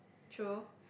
true